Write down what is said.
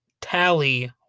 Tally